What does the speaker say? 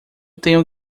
tenho